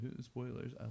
Spoilers